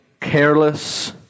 careless